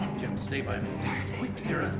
jim, stay by me. adira.